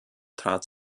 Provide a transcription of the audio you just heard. trat